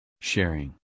Sharing